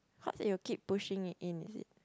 how do you keep pushing it in is it